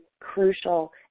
crucial